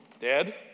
Dead